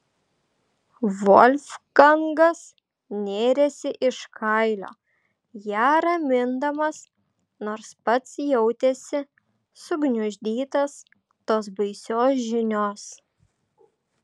volfgangas nėrėsi iš kailio ją ramindamas nors pats jautėsi sugniuždytas tos baisios žinios